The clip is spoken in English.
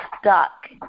stuck